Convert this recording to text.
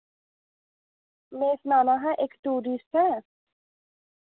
मैं सनाना हा इक टूरिस्ट ऐ